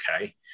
okay